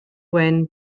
wen